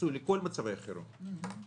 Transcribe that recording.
לכל מצבי החירום,